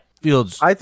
Fields